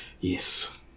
Yes